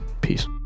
Peace